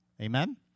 Amen